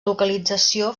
localització